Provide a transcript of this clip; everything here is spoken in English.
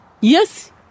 Yes